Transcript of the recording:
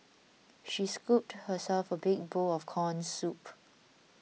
she scooped herself a big bowl of Corn Soup